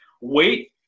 wait